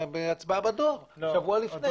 בהצבעה בדואר שבוע לפני.